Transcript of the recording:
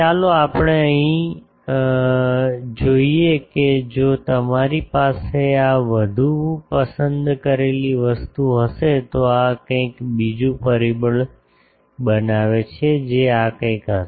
ચાલો આપણે અહીં જોઈએ કે જો તમારી પાસે આ વધુ પસંદ કરેલી વસ્તુ હશે તો આ કંઈક બીજું પરિબળ બનાવે છે જે આ કંઈક હશે